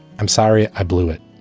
i'm sorry i blew it.